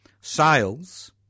sales